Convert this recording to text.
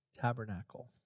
tabernacle